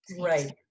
Right